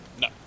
No